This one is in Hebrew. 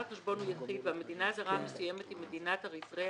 החשבון הוא יחיד והמדינה הזרה המסוימת היא אריתריאה,